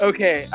Okay